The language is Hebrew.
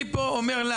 אני אומר לך,